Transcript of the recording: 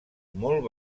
molt